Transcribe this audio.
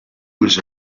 was